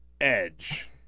Edge